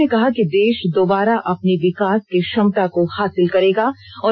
प्रधानमंत्री ने कहा कि देष दोबारा अपनी विकास की क्षमता को हासिल करेगा